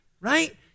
right